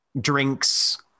drinks